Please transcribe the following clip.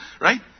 right